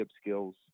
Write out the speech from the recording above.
skills